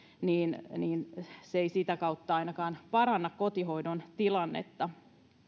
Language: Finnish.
niin niin se ei sitä kautta ainakaan paranna kotihoidon tilannetta